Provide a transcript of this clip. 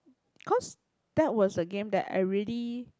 cause that was the game that I really